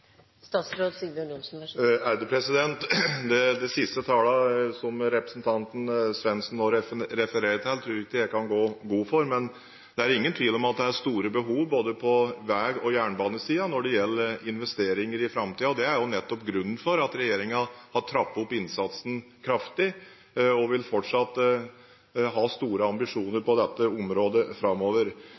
Det siste tallet som representanten Svendsen nå refererer til, tror jeg ikke jeg kan gå god for. Men det er ingen tvil om at det er store behov på både vei- og jernbanesiden når det gjelder investeringer i framtiden. Det er nettopp grunnen til at regjeringen har trappet opp innsatsen kraftig og fortsatt vil ha store ambisjoner på dette området framover.